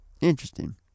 Interesting